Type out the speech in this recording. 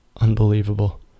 Unbelievable